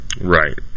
Right